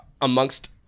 amongst